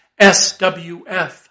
SWF